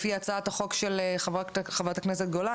לפי הצעת החוק של חברת הכנסת גולן,